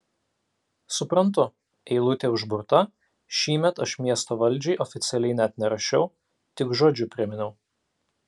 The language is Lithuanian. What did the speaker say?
suprantu eilutė užburta šįmet aš miesto valdžiai oficialiai net nerašiau tik žodžiu priminiau